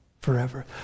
Forever